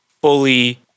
fully